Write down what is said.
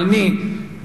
אבל אני,